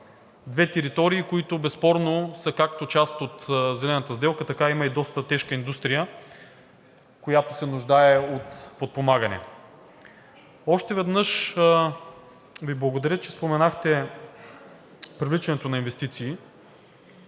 Две територии, които безспорно са както част от зелената сделка, така има и доста тежка индустрия, която се нуждае от подпомагане. Още веднъж Ви благодаря, че споменахте привличането на инвестиции.